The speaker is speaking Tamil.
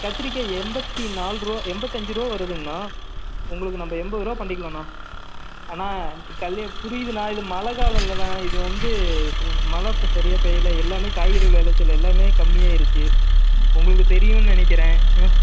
கத்திரிக்காய் எண்பத்தி நாலு ரூபா எண்பத்தஞ்சி ரூபா வருதுங்கணா உங்களுக்கு நம்ப எண்பது ரூபா பண்ணிக்கிலாண்ணா அண்ணா இது கல்யா புரியுதுண்ணா இது மழை காலம் இல்லைண்ணா இது வந்து மழை இப்போ சரியா பேய்யல எல்லாமே காய்கறி விளச்சல் எல்லாமே கம்மி ஆயிடுச்சி உங்களுக்கு தெரியும்னு நினைக்கிறேன் ஆ